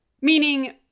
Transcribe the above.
meaning